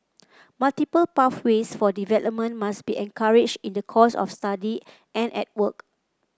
multiple pathways for development must be encouraged in the course of study and at work